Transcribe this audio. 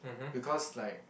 because like